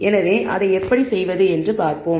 எனவே அதை எப்படி செய்வது என்று பார்ப்போம்